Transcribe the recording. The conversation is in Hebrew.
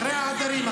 אחרי העדרים,